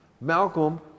malcolm